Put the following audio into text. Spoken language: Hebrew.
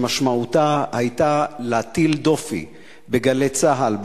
שמשמעותה היתה להטיל דופי ב"גלי צה"ל",